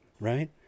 right